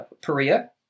Perea